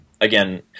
again